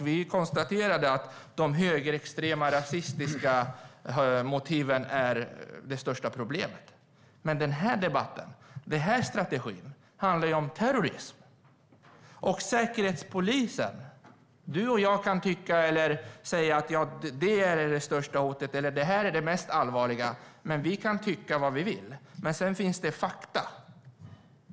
Då konstaterade vi att de högerextrema, rasistiska motiven är det största problemet. Men den här debatten och den här strategin handlar om terrorism. Torbjörn Björlund och jag kan tycka att något är det största hotet eller det mest allvarliga. Vi kan tycka vad vi vill, men sedan finns det fakta.